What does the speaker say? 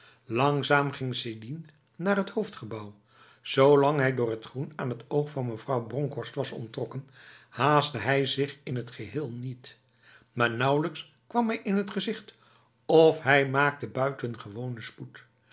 langzaam ging sidin naar het hoofdgebouw zolang hij door het groen aan het oog van mevrouw bronkhorst was onttrokken haastte hij zich in het geheel niet maar nauwelijks kwam hij in t gezicht of hij maakte buitengewone spoed